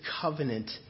covenant